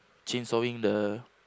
chainsawing the